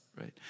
right